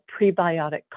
prebiotic